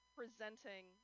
presenting